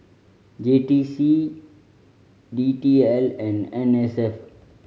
J T C D T L and N S F